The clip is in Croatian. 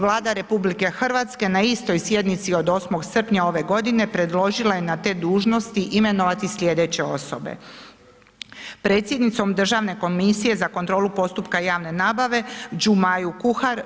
Vlada RH na istoj sjednici od 8. srpnja ove godine predložila je na te dužnosti imenovati slijedeće osobe, predsjednicom Državne komisije za kontrolu postupka javne nabave gđu. Maju Kuhar.